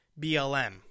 BLM